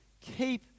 Keep